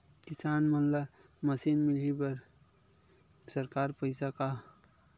किसान मन ला मशीन मिलही बर सरकार पईसा का?